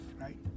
right